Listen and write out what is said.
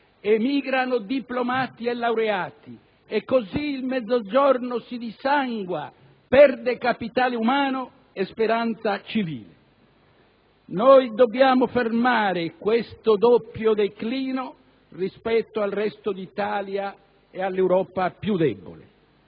emigrano diplomati e laureati. E così il Mezzogiorno si dissangua, perde capitale umano e speranza civile. Noi dobbiamo fermare questo doppio declino rispetto al resto d'Italia e all'Europa più debole.